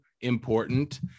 important